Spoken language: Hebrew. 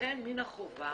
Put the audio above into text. לכן, מן החובה